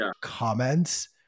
comments